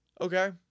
Okay